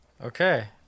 Okay